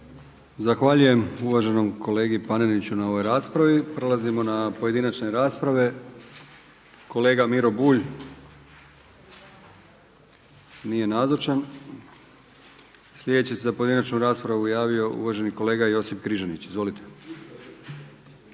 Zahvaljujem uvaženom kolegi Paneniću na ovoj raspravi. Prelazimo na pojedinačne rasprave. Kolega Miro Bulj, nije nazočan. Sljedeći se za pojedinačnu raspravu javio uvaženi kolega Josip Križanić. Izvolite.